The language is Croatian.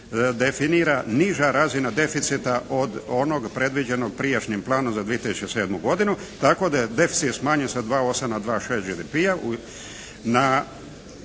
definira niža razina deficita od onog predviđenog prijašnjim planom za 2007. godinu, tako da je deficit smanjen sa 2,8 na